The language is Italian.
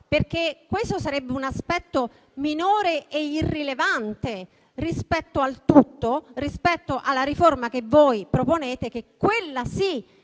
Questo sarebbe un aspetto minore e irrilevante rispetto al tutto, rispetto alla riforma che voi proponete, che, quella sì,